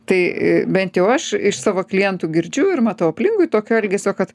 tai bent jau aš iš savo klientų girdžiu ir matau aplinkui tokio elgesio kad